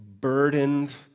burdened